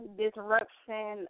disruption